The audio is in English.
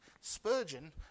Spurgeon